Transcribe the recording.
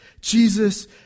Jesus